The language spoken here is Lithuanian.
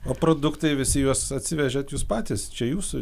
o produktai visi juos atsivežėt jūs patys čia jūsų